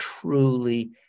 truly